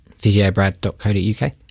Physiobrad.co.uk